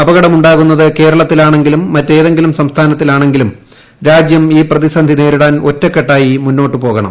അപകടം ഉണ്ടാകുന്നത് കേരളത്തിലാണെങ്കിലും മറ്റേതെങ്കിലും സംസ്ഥാനത്തിലാണെങ്കിലും രാജ്യം ഈ പ്രതിസന്ധി നേരിടാൻ ഒറ്റക്കെട്ടായി മുന്നോട്ടു പോകണം